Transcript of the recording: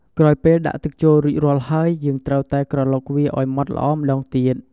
ក្រោយពេលដាក់ទឹកចូលរួចរាល់ហើយ យើងត្រូវតែក្រឡុកវាឱ្យម៉ដ្ឋល្អម្ដងទៀត។